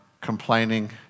complaining